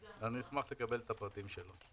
אשמח לקבל את הפרטים שלו.